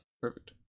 Perfect